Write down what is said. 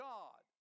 God